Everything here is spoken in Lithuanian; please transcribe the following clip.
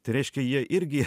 tai reiškia jie irgi